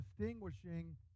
distinguishing